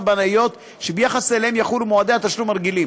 בנאיות שביחס אליהם יחולו מועדי התשלום הרגילים.